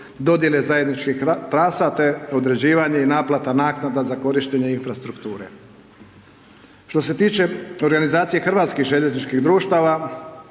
dodijele zajedničkih trasa, te određivanje i naplata naknada za korištenje infrastrukture. Što se tiče organizacije Hrvatskih željezničkih društava,